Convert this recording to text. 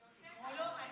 הוא כאן.